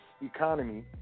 economy